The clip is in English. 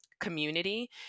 community